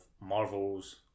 Marvel's